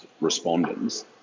respondents